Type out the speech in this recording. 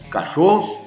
Cachorros